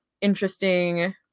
interesting